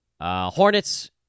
Hornets